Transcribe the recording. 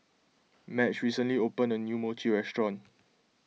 Madge recently opened a new Mochi restaurant